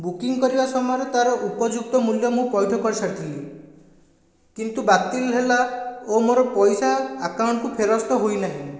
booking କରିବା ସମୟରେ ତା'ର ଉପଯୁକ୍ତ ମୂଲ୍ୟ ମୁଁ ପୈଠ କରି ସାରିଥିଲି କିନ୍ତୁ ବାତିଲ ହେଲା ଓ ମୋ'ର ପଇସା ଆକାଉଣ୍ଟକୁ ଫେରସ୍ତ ହୋଇ ନାହିଁ